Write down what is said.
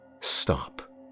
stop